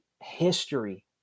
history